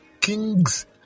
kings